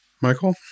Michael